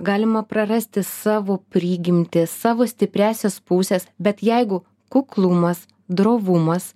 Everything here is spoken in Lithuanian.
galima prarasti savo prigimtį savo stipriąsias puses bet jeigu kuklumas drovumas